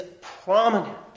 prominent